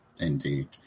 indeed